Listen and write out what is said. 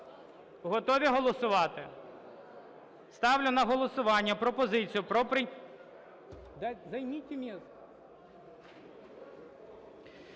Готові голосувати? Ставлю на голосування пропозицію про…